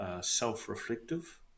Self-reflective